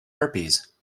herpes